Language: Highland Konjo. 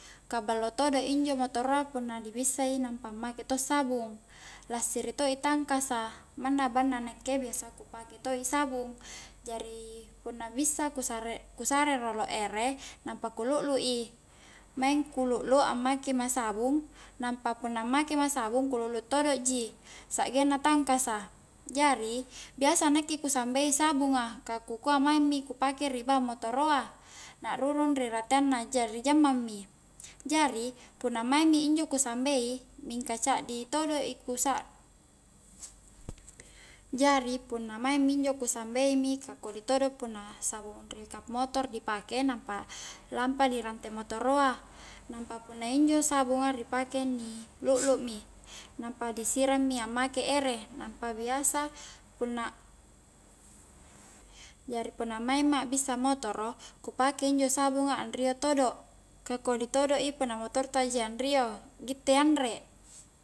Ka ballo todo injo motoroa punna di bissa i nampa make to' sabung, lassiri to i tangkasa manna bang na nakke biasa ku pake to'i sabung jari punna bissa ku sare-ku sre rolo ere nampa ku luklu i, maing ku luklu ammake ma sabung nampa punna make ma sabung ku luklu todo ji sa'genna tangkasa, jari biasa nakke ku sambei sabunga ka kukua maing mi ku pake ri bang motoro a, na arurung ri rateang na jari jammang mi, jari punna maing mi injo ku sambeu, mingka caddi todo i ku sa' jari punna maing mi injo ku sambei mi ka kodi todo punna sabung ri kap motor dipake nampa lampa di rante motoroa, nampa punna injo sabunga ni pake ni luklu mi nampa disirang mi ammake ere, nampa biasa punna jari punna maing ma akbissa motoro ku pake injo sabunga anrio todo ka kodi todo i punna motor ta ji anrio gitte anre